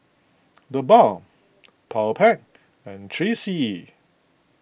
the Balm Powerpac and three C E